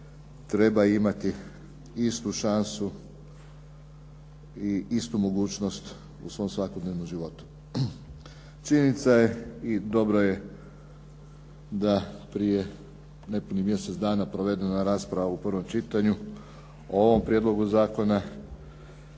trebaju imati istu šansu i istu mogućnost u svom svakodnevnom životu. Činjenica je i dobro je da prije nepunih mjesec dana provedena rasprava u prvom čitanju o ovom prijedlogu zakona.